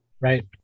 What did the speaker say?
Right